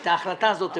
את ההחלטה הזאת תבטל.